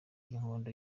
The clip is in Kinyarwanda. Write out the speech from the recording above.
y’inkondo